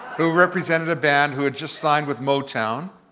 who represented a band who had just signed with motown,